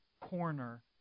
corner